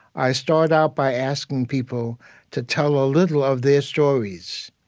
i start out by asking people to tell a little of their stories.